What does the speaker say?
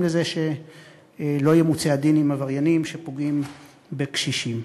לזה שלא ימוצה הדין עם עבריינים שפוגעים בקשישים.